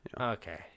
Okay